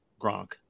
Gronk